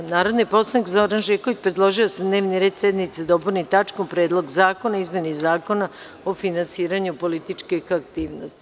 Narodni poslanik Zoran Živković predložio je da se dnevni red sednice dopuni tačkom – Predlog zakona o izmeni Zakona o finansiranju političkih aktivnosti.